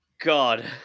God